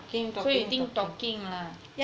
so you think talking lah